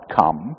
come